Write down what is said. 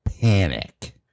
panic